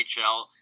NHL